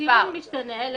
הציון משתנה.